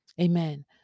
Amen